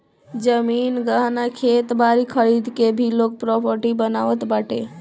जमीन, गहना, खेत बारी खरीद के भी लोग प्रापर्टी बनावत बाटे